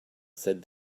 said